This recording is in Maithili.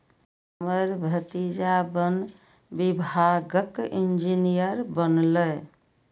हमर भतीजा वन विभागक इंजीनियर बनलैए